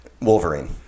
Wolverine